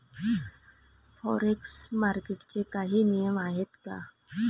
Forex मार्केटचे काही नियम आहेत का?